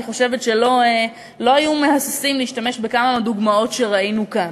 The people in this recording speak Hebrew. אני חושבת שלא היו מהססים להשתמש בכמה מהדוגמאות שראינו כאן.